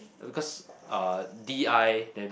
because uh D_I then